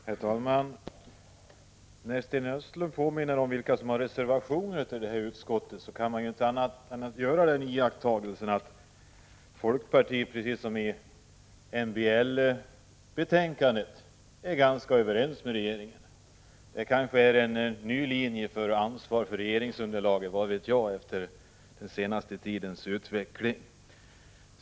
Herr talman! När Sten Östlund påminner om vilka som fogat reservationer till arbetsmarknadsutskottets betänkande nr 3 kan man inte annat än göra den iakttagelsen, att folkpartisterna precis som när det gällde betänkandet om MBL är ganska överens med regeringen. Det kanske är en ny linje i fråga om ansvaret för regeringsunderlaget. Vad vet jag efter den senaste tidens utveckling?